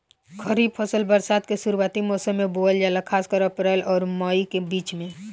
खरीफ फसल बरसात के शुरूआती मौसम में बोवल जाला खासकर अप्रैल आउर मई के बीच में